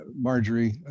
Marjorie